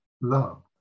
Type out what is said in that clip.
love